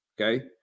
okay